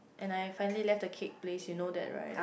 and I have finally left the cake place you know that right